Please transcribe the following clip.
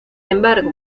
embargo